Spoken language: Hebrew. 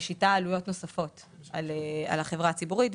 משיתה עלויות נוספות על החברה הציבורית,